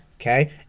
okay